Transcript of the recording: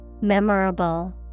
Memorable